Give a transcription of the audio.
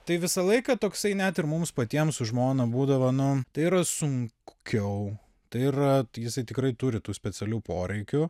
tai visą laiką toksai net ir mums patiems su žmona būdavo nu tai yra sunkiau tai yra jisai tikrai turi tų specialių poreikių